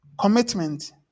commitment